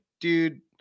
dude